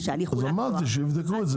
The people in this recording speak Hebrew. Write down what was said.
אמרתי שיבדקו את זה.